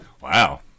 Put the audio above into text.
Wow